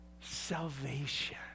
salvation